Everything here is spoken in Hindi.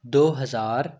दौ हज़ार